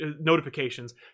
notifications